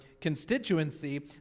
constituency